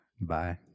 bye